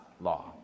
law